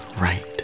right